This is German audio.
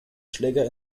schläger